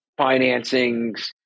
financings